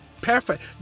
perfect